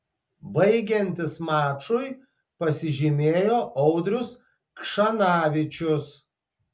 baigiantis mačui pasižymėjo audrius kšanavičius